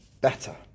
better